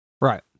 Right